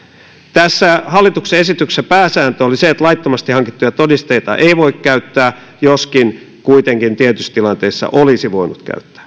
tässä hallituksen esityksessä pääsääntö oli se että laittomasti hankittuja todisteita ei voi käyttää joskin kuitenkin tietyissä tilanteissa olisi voinut käyttää